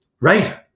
right